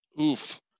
Oof